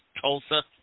Tulsa